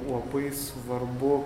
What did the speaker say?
labai svarbu